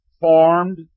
formed